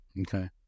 Okay